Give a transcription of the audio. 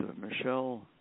Michelle